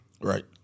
Right